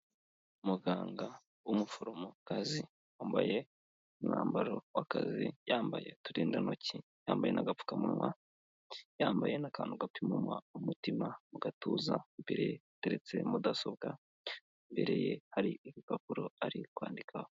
Umuganga w'umuforomokazi wambaye umwambaro w'akazi yambaye uturindantoki, yambaye n'agapfukamunwa, yambaye n'akantu gapima umutima mu gatuza, imbere hateretse mudasobwa, imbere ye hari urupapuro ari kwandikaho.